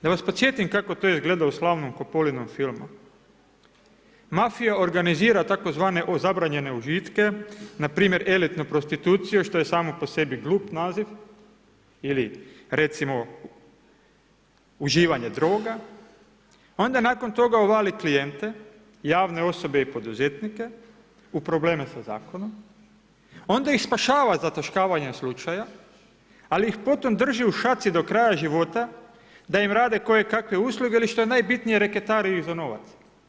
Da vas podsjetim kako to izgleda u slavnom Kopolinom filmu, mafija organizira tzv. zabranjene užitke, npr. elitnu prostituciju što je samo po sebi glup naziv ili recimo uživanje droga, onda nakon toga uvali klijente, javne osobe i poduzetnike u probleme sa zakonom, onda ih spašava zataškavanjem slučaja, ali ih potom drži u šaci do kraja života da im rade kojekakve usluge ili što je najbitnije reketare iza novac.